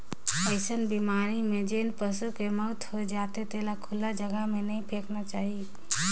अइसन बेमारी में जेन पसू के मउत हो जाथे तेला खुल्ला जघा में नइ फेकना चाही